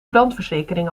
brandverzekering